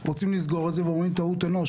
רוצים לסגור את זה ואומרים טעות אנוש,